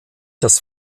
das